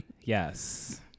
Yes